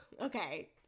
Okay